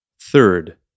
Third